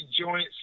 joints